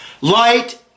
Light